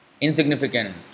insignificant